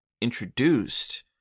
introduced